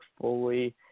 fully